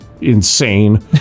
insane